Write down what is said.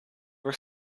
were